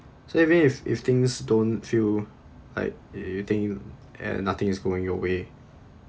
so even if if things don't feel like you think a~ and nothing's going your way